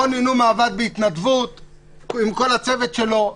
רוני נומה עבד בהתנדבות עם כל הצוות שלו,